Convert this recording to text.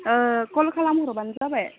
call खालाम हरब्लानो जाबाय